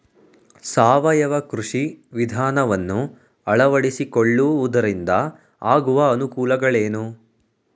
ಸಾವಯವ ಕೃಷಿ ವಿಧಾನವನ್ನು ಅಳವಡಿಸಿಕೊಳ್ಳುವುದರಿಂದ ಆಗುವ ಅನುಕೂಲಗಳೇನು?